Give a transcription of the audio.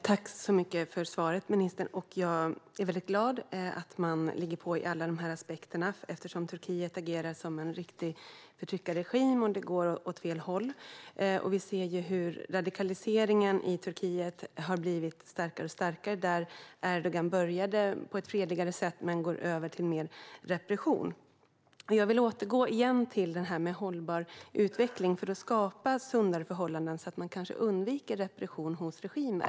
Herr talman! Tack, ministern, för svaret! Jag är väldigt glad att man ligger på i alla dessa aspekter, eftersom Turkiet agerar som en riktig förtryckarregim och eftersom det går åt fel håll. Vi ser hur radikaliseringen i Turkiet har blivit starkare - Erdogan började på ett fredligare sätt men har gått över till mer repression. Jag vill återgå till frågan om hållbar utveckling för att skapa sundare förhållanden, så att man kanske undviker repression hos regimer.